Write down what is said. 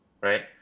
Right